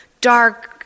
dark